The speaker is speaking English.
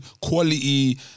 quality